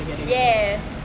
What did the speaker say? yes